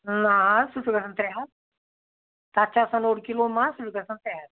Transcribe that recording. نہَ حظ سُہ چھُ گژھان ترٛےٚ ہَتھ تَتھ چھِ آسان اوٚڑ کِلوٗ منٛز سُہ چھُ گژھان ترٛےٚ ہَتھ